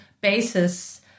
basis